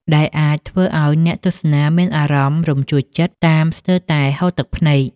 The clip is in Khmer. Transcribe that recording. ដែលអាចធ្វើឱ្យអ្នកទស្សនាមានអារម្មណ៍រំជួលចិត្តតាមស្ទើរតែហូរទឹកភ្នែក។